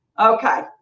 Okay